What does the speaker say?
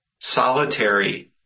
Solitary